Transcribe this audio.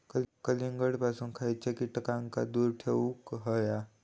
कलिंगडापासून खयच्या कीटकांका दूर ठेवूक व्हया?